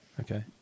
Okay